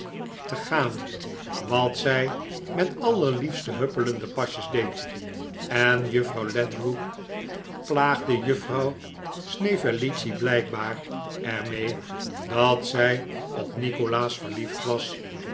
te gaan wat zij met allerliefste huppelende pasjes deed en juffrouw ledrook plaagde juffrouw snevellicci blijkbaar er mee dat zij op nikolaas verliefd was